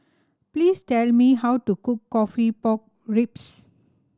please tell me how to cook coffee pork ribs